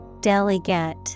Delegate